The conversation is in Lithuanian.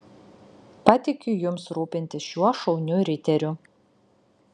patikiu jums rūpintis šiuo šauniu riteriu